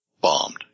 bombed